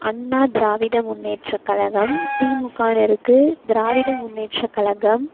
அண்ணா திராவிட முன்னேற்றக் கழகம் திமுகானு இருக்குது திராவிட முன்னேற்றக் கழகம்